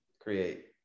create